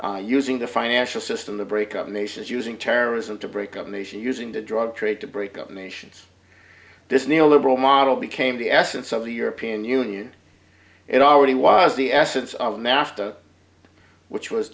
using the financial system to break up nations using terrorism to break up a nation using the drug trade to break up nations this neoliberal model became the essence of the european union it already was the essence of nafta which was